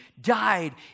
died